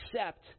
accept